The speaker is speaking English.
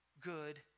good